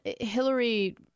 Hillary